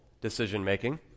decision-making